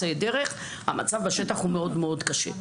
דרך המצב בשטח הוא מאוד מאוד קשה.